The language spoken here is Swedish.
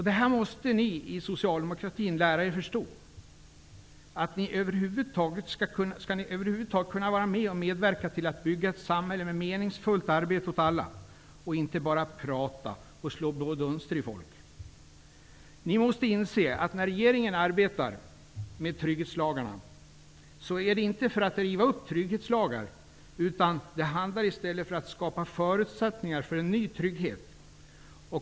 Detta måste ni i socialdemokratin lära er förstå, om ni över huvud taget skall kunna vara med och medverka till att bygga ett samhälle med meningsfullt arbete åt alla. Ni kan inte bara prata och slå blå dunster i folk. Ni måste inse att när regeringen arbetar med trygghetslagarna sker det inte för att riva upp dem, utan det sker i stället för att skapa förutsättningar för en ny trygghet.